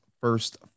first